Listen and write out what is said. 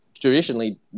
traditionally